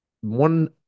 one